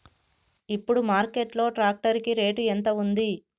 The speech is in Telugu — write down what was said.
ఇప్పుడు మార్కెట్ లో ట్రాక్టర్ కి రేటు ఎంత ఉంది?